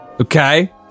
Okay